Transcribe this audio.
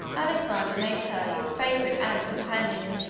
alexander made her his favorite and companion,